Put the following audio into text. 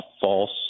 false